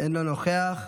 אינו נוכח,